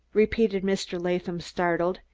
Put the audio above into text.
repeated mr. latham, startled.